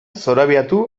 zorabiatu